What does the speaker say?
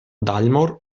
dalmor